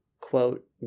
quote